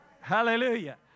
Hallelujah